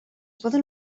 poden